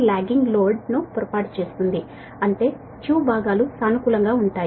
lagging load అంటే అందులో Q భాగాలు పాజిటివ్ గా ఉంటాయి